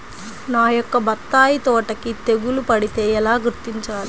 నా యొక్క బత్తాయి తోటకి తెగులు పడితే ఎలా గుర్తించాలి?